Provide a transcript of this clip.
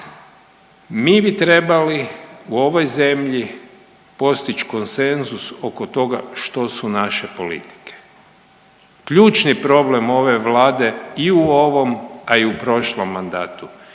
mi bi trebali u ovoj zemlji postić konsenzus oko toga što su naše politike. Ključni problem ove vlade i u ovom, a i u prošlom mandatu